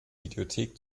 videothek